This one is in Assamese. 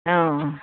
অঁ